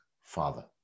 father